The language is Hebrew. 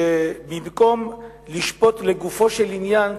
שבמקום לשפוט לגופו של עניין,